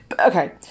okay